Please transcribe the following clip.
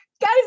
guys